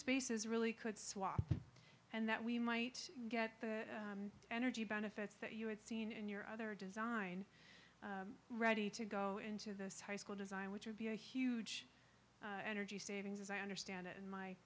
spaces really could swap and that we might get the energy benefits that you had seen in your other design ready to go into this high school design which would be a huge energy savings as i understand it